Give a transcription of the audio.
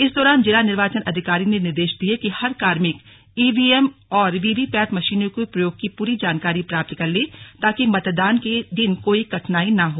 इस दौरान जिला निर्वाचन अधिकारी ने निर्देश दिये कि हर कार्मिक ईवीएम और वीवीपैट मशीनों के प्रयोग की पूरी जानकारी प्राप्त कर लें ताकि मतदान के दिन कोई कठिनाई न हो